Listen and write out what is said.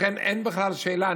לכן אין בכלל שאלה.